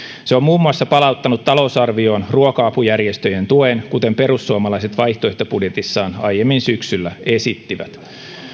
se on muun muassa palauttanut talousarvioon ruoka apujärjestöjen tuen kuten perussuomalaiset vaihtoehtobudjetissaan aiemmin syksyllä esittivät